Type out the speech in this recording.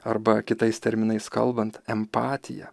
arba kitais terminais kalbant empatija